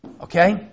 Okay